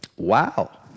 Wow